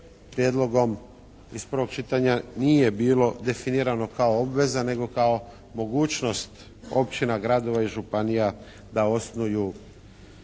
prijedlogom iz prvog čitanja nije bilo definirano kao obveza nego kao mogućnost općina, gradova i županija da osnuju Vijeća